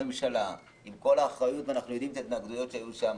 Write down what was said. כשהממשלה החליטה עם כל האחריות ואנחנו יודעים על ההתנגדויות שהיו שם